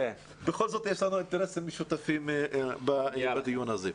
בכל זאת יש לנו אינטרסים משותפים בדיון הזה.